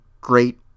great